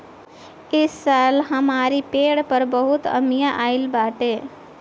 इस साल हमरी पेड़ पर बहुते अमिया आइल बाटे